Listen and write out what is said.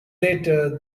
later